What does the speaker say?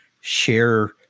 share